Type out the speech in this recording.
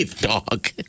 dog